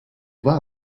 war